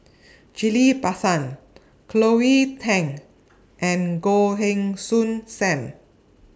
Ghillie BaSan Cleo Thang and Goh Heng Soon SAM